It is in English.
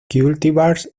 cultivars